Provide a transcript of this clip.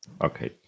Okay